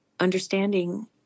Understanding